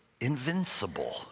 invincible